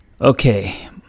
Okay